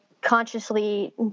consciously